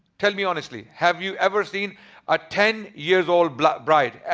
tell me honestly. have you ever seen a ten years old black bride?